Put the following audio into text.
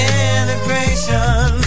integration